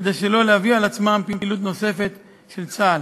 כדי שלא להביא על עצמם פעילות נוספת של צה"ל.